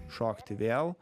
šokti vėl